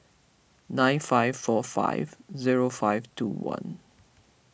nine five four five zero five two one